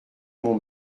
mon